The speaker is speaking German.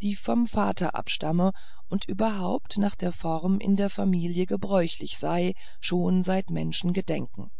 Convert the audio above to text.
die vom vater abstamme und überhaupt nach der form in der familie gebräuchlich sei schon seit menschengedenken